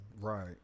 Right